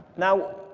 now,